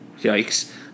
Yikes